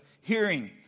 Hearing